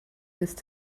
missed